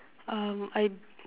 um I